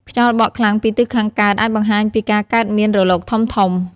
ខ្យល់បក់ខ្លាំងពីទិសខាងកើត អាចបង្ហាញពីការកើតមានរលកធំៗ។